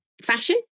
fashion